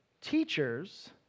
teachers